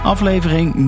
Aflevering